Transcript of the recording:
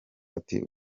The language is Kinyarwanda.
ati